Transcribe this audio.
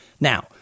Now –